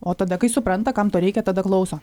o tada kai supranta kam to reikia tada klauso